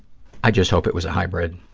i just hope it was a hybrid.